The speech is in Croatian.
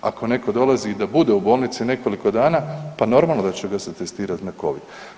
Ako neko dolazi i da bude u bolnici nekoliko dana pa normalno da će ga se testirati na covid.